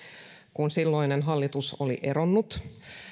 kun silloinen hallitus oli eronnut